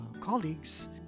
colleagues